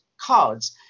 cards